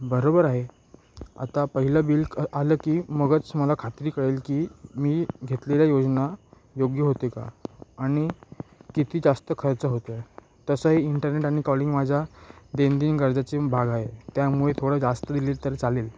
बरोबर आहे आता पहिलं बिल क आलं की मगच मला खात्री कळेल की मी घेतलेल्या योजना योग्य होते का आणि किती जास्त खर्च होतो आहे तसंही इंटरनेट आणि कॉलिंग माझ्या दैनंदिन गरजाचे भाग आहे त्यामुळे थोडं जास्त दिलेत तर चालेल